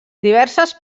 diverses